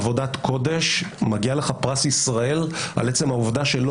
עבודת קודש ומגיע לך פרס ישראל על עצם העובדה שלא